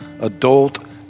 adult